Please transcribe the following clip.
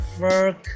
work